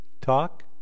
talk